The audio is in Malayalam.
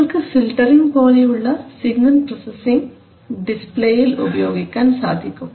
നിങ്ങൾക്ക് ഫിൽറ്ററിംഗ് പോലെയുള്ള സിഗ്നൽ പ്രൊസസിങ് ഡിസ്പ്ലേയിൽ ഉപയോഗിക്കാൻ സാധിക്കും